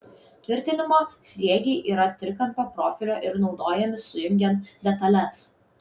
tvirtinimo sriegiai yra trikampio profilio ir naudojami sujungiant detales